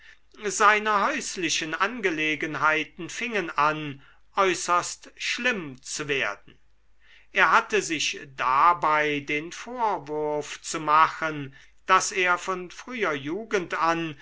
seine häuslichen angelegenheiten fingen an äußerst schlimm zu werden er hatte sich dabei den vorwurf zu machen daß er von früher jugend an